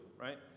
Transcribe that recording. right